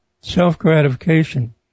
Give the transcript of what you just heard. self-gratification